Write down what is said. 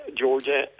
Georgia